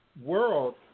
world